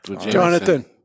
Jonathan